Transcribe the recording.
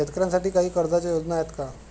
शेतकऱ्यांसाठी काही कर्जाच्या योजना आहेत का?